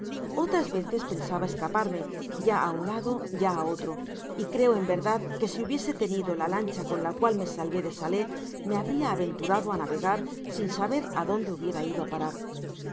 otras veces pensaba escaparme ya á un lado ya á otro y creo en verdad que si hubiese tenido la lancha con la cual me salvé de sale me habria aventurada á navegar sin saber á donde hubiera ido á parar